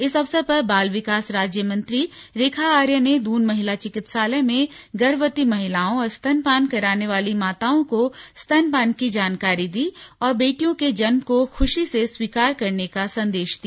इस अवसर पर बाल विकास राज्य मंत्री रेखा आर्य ने दून महिला चिकित्सालय में गर्भवती महिलाओं और स्तनपान कराने वाली माताओं को स्तनपान की जानकारी दी और बेटियों के जन्म को खुशी से स्वीकार करने का संदेश दिया